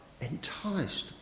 enticed